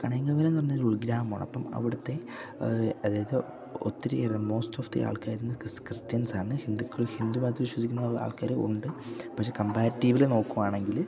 കണയങ്കവയലെന്നു പറഞ്ഞാൽ ഒരുൾഗ്രാമമാണപ്പം അവിടുത്തെ അതായത് ഒത്തിരിയേറെ മോസ്റ്റ് ഓഫ് ദി ആൾക്കാരിൽ നിന്ന് ക്രിസ്ത്യൻസാണ് ഹിന്ദുക്കൾ ഹിന്ദു മതത്തിൽ വിശ്വസിക്കുന്ന ആൾക്കാർ ഉണ്ട് പക്ഷെ കമ്പാരിറ്റീവില് നോക്കുകയാണെങ്കിൽ